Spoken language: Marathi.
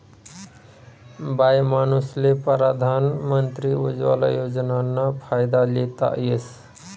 बाईमानूसले परधान मंत्री उज्वला योजनाना फायदा लेता येस